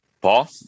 Paul